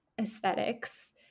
aesthetics